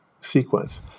sequence